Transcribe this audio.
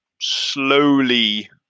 slowly